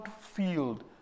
field